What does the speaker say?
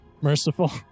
merciful